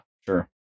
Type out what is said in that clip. sure